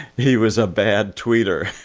he was a bad tweeter.